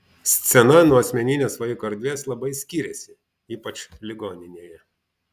scena nuo asmeninės vaiko erdvės labai skiriasi ypač ligoninėje